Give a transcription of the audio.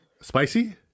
Spicy